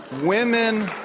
women